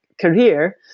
career